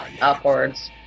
upwards